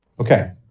Okay